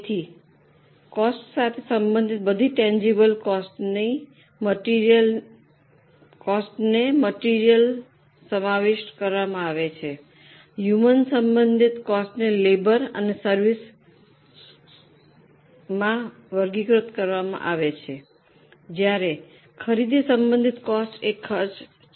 તેથી કોસ્ટ સાથે સંબંધિત બધી ટૅન્જિબલ્ કોસ્ટની મટીરીયલને સમાવિષ્ટ કરવામાં આવે છે હ્યૂમેન સંબંધિત કોસ્ટને લેબર અને સર્વિસમાં વર્ગીકૃત કરવામાં આવે છે જ્યારે ખરીદી સંબંધિત કોસ્ટ એ ખર્ચ છે